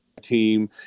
team